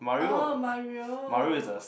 Mario